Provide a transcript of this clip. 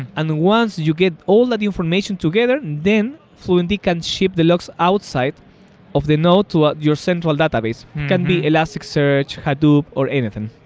and once you get all that information together, then fluentd can ship the logs outside of the node to ah your central database, can be elasticsearch, hadoop or anything